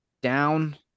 down